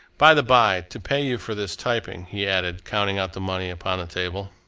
by-the-by, to pay you for this typing, he added, counting out the money upon the table.